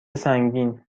سنگین